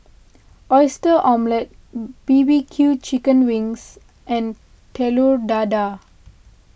Oyster Omelette B B Q Chicken Wings and Telur Dadah